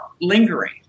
lingering